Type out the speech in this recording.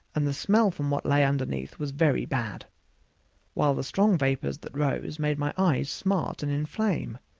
and the smell from what lay underneath was very bad while the strong vapors that rose made my eyes smart and inflame,